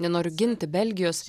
nenoriu ginti belgijos